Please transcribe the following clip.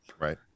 right